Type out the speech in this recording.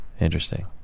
Interesting